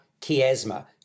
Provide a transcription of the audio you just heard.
Kiasma